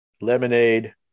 lemonade